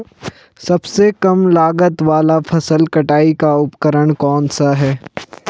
सबसे कम लागत वाला फसल कटाई का उपकरण कौन सा है?